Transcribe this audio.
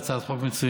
הצעת חוק מצוינת.